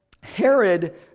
Herod